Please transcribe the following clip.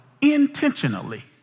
intentionally